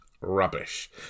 rubbish